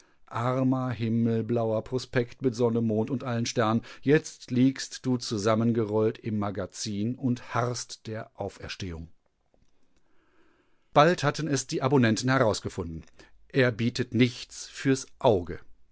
armer himmelblauer prospekt mit sonne mond und allen sternen jetzt liegst du zusammengerollt im magazin und harrst der auferstehung bald hatten es die abonnenten herausgefunden er bietet nichts fürs auge